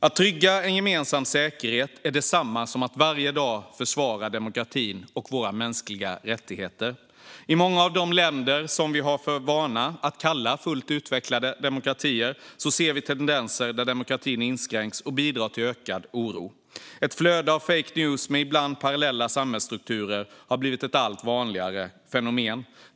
Att trygga en gemensam säkerhet är detsamma som att varje dag försvara demokratin och våra mänskliga rättigheter. I många av de länder som vi har för vana att kalla fullt utvecklade demokratier ser vi tendenser där demokratin inskränks och bidrar till ökad oro. Ett flöde av fake news med ibland parallella samhällsstrukturer har blivit ett allt vanligare fenomen.